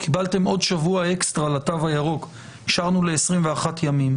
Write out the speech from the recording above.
קיבלתם שבוע אקסטרה לתו הירוק, אישרנו ל-21 ימים.